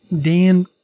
Dan